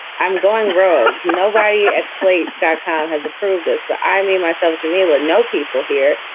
i'm going rogue. no guy yeah at slate that has approved this. but i mean myself, jameela, know people here.